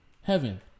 heaven